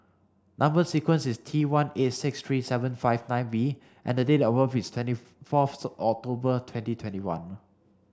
number sequence is T one eight six three seven five nine V and date of birth is twenty fourth October twenty twenty one